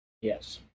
Yes